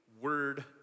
word